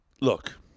Look